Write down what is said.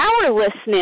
powerlessness